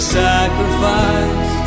sacrifice